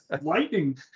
lightning